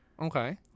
Okay